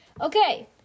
Okay